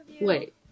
wait